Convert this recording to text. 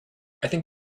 think